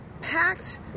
packed